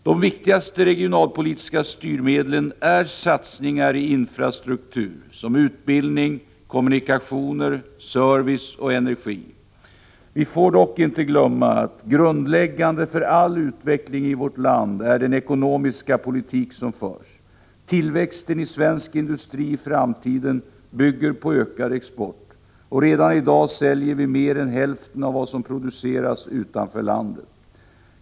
De viktiga regionalpolitiska styrmedlen är satsningar i infrastruktur som utbildning, kommunikationer, service och energi. Vi får dock inte glömma att grundläggande för all utveckling i vårt land är den ekonomiska politik som förs. Tillväxten i svensk industri i framtiden bygger på ökad export, och redan i dag säljer vi mer än hälften av vad som produceras, utanför landet.